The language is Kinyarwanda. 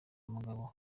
umugabo